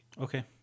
Okay